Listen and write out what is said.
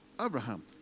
Abraham